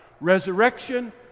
resurrection